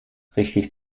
richtig